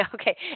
Okay